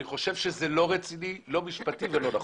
אני חושב שזה לא רציני, לא משפטי ולא נכון.